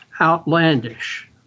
outlandish